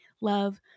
love